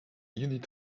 unit